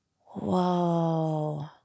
Whoa